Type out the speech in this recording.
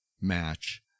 match